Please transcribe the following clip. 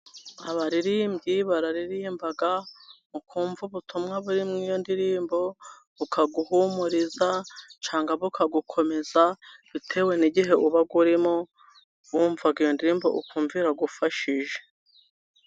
Abaririmbyi bararirimba ukumva ubutumwa buri muri iyo ndirimbo, bukaguhumuriza cyagwa bukagukomeza bitewe n'igihe uba urimo wumva iyo ndirimbo ukumva iragufashije.